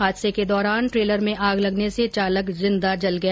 हादसे के दौरान ट्रेलर में आग लगने से चालक जिंदा जल गया